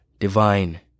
divine